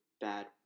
bad